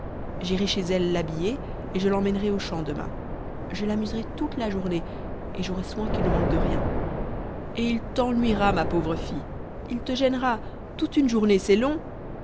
j'irai chez elle l'habiller et je l'emmènerai aux champs demain je l'amuserai toute la journée et j'aurai soin qu'il ne manque de rien et il t'ennuiera ma pauvre fille il te gênera toute une journée c'est long